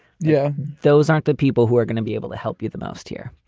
yeah. those aren't the people who are gonna be able to help you the most here.